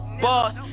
Boss